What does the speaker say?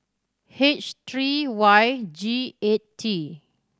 H three Y G eight T